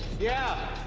yeah!